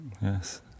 Yes